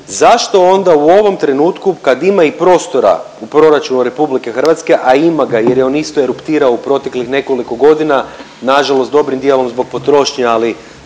zašto onda u ovom trenutku kad ima i prostora u proračunu RH, a ima ga jer je on isto eruptirao u proteklih nekoliko godina, nažalost dobrim dijelom zbog potrošnje, ali